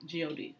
God